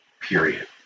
period